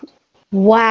Wow